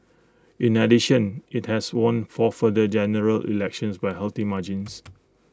in addition IT has won four further general elections by healthy margins